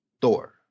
Thor